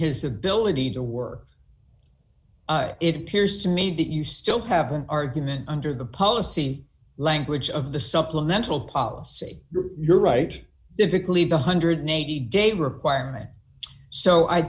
his ability to work it appears to me that you still have an argument under the policy language of the supplemental policy you're right difficulty the one hundred and eighty dollars day requirement so i